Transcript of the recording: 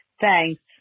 Thanks